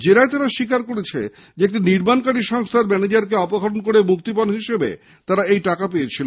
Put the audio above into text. জেরায় স্বীকার করেছে একটি নির্মাণ সংস্থার ম্যানেজারকে অপহরণ করে মুক্তিপণ হিসাবে তারা ঐ টাকা পেয়েছিল